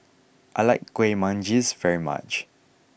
I like Kueh Manggis very much